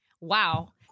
Wow